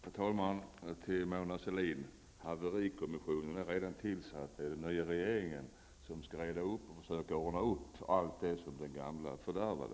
Herr talman! Haverikommissionen är redan tillsatt, Mona Sahlin. Det är den nya regeringen som skall reda upp och försöka ordna upp allt det som den gamla fördärvat.